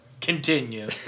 Continue